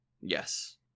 Yes